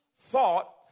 thought